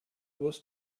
was